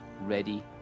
ready